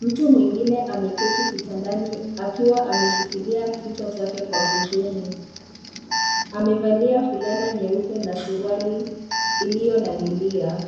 mtu mwengine ameketi kitandani akiwa ameshikilia kichea chake kwa husuni. Amevalia fulana nyeupe na suruali iliyo na milia.